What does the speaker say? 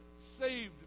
saved